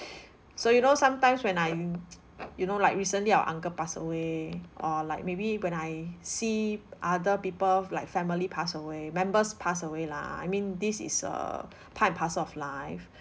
so you know sometimes when I'm you know like recently our uncle pass away or like maybe when I see other people like family pass away members pass away lah I mean this is err part and parcel of life